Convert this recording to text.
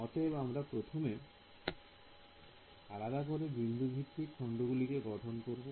অতএব আমরা প্রথমে আলাদা করে বিন্দু ভিত্তিক খণ্ডকে গঠন করবো